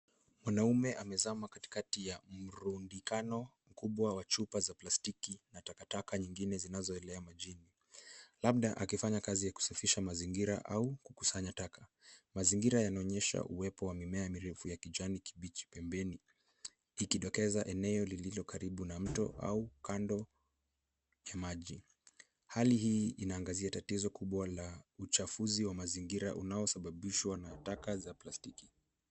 Mwanaume amezama katikati ya mlundikano mkubwa wa chupa za plastiki na takataka nyingine zinazoelea juu ya maji, labda akifanya kazi ya kusafisha mazingira au kukusanya taka. Mazingira yanaonyesha uwepo wa mimea mirefu ya kijani kibichi pembeni, ikidokeza eneo lililo karibu na mto au kando ya maji. Hali hii inaangazia tatizo kubwa la uchafuzi wa mazingira unaosababishwa na taka za plastiki.